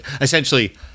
essentially